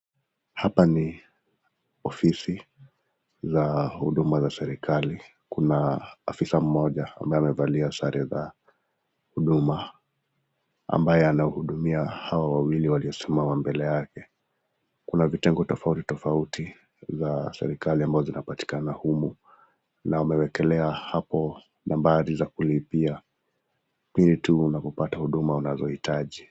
Hapa ni ofisi za huduma za serikali, kuna afisa mmojaa ambaye amevalia sare za huduma ambaye anahudumia hao wawili waliosimama mbele yake. Kuna vitengo tofauti tofauti za serikali ambao zinapatikana humu na wakewekelea hapo nambari za kulipia vitu na kupata huduma unazohitaji